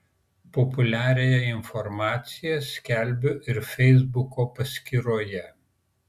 populiariąją informaciją skelbiu ir feisbuko paskyroje